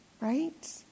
Right